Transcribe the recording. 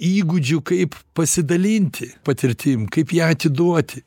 įgūdžių kaip pasidalinti patirtim kaip ją atiduoti